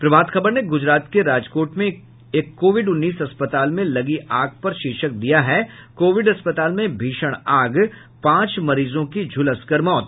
प्रभात खबर ने गुजरात के राजकोट में एक कोविड उन्नीस अस्पताल में लगी आग पर शीर्षक दिया है कोविड अस्पताल में भीषण आग पांच मरीजों की झुलसकर मौत